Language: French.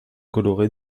coloré